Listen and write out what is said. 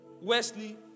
Wesley